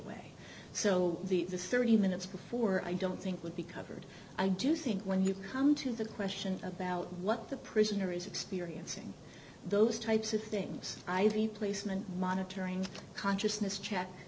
way so the thirty minutes before i don't think would be covered i do think when you come to the question about what the prisoner is experiencing those types of things i'd be placement monitoring consciousness ch